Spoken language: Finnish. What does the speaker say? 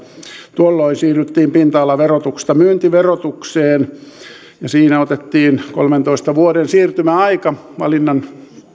tuolloin siirryttiin pinta alaverotuksesta myyntiverotukseen ja siinä otettiin kolmentoista vuoden siirtymäaika valinnan